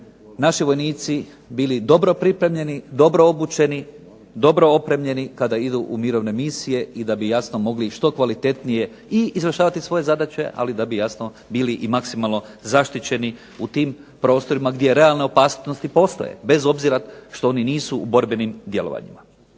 naši vojnici bili dobro pripremljeni, dobro obučeni, dobro opremljeni kada idu u mirovne misije i da bi jasno mogli što kvalitetnije i izvršavati svoje zadaće, ali da bi jasno bili i maksimalno zaštićeni u tim prostorima gdje realne opasnosti postoje. Bez obzira što oni nisu u borbenim djelovanjima.